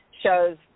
shows